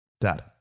Dad